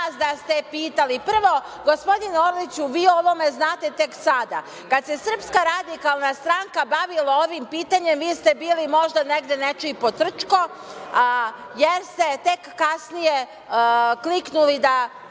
da ste pitali… Prvo, gospodine Orliću, vi o ovome znate tek sada. Kada se SRS bavila ovim pitanjem, vi ste bili možda negde nečiji potrčko, jer ste tek kasnije kliknuli da